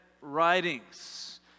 writings